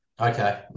Okay